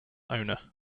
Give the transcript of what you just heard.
owner